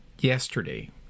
yesterday